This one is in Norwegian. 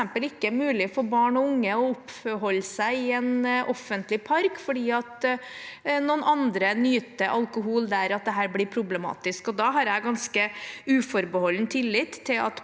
for barn og unge å oppholde seg i en offentlig park fordi noen andre nyter alkohol der, at dette blir problematisk. Da har jeg ganske uforbeholden tillit til at